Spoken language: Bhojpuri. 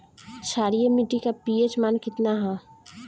क्षारीय मीट्टी का पी.एच मान कितना ह?